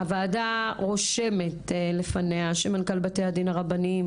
הוועדה רושמת לפניה שמנכ"ל בתי הדין הרבנים